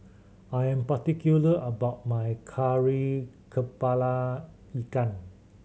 I am particular about my Kari Kepala Ikan